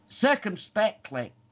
Circumspectly